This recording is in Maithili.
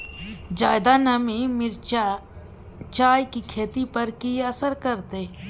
ज्यादा नमी मिर्चाय की खेती पर की असर करते?